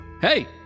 Hey